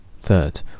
Third